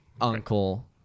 Uncle